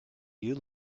you